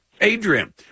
adrian